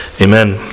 Amen